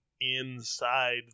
inside